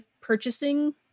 purchasing